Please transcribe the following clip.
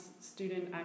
student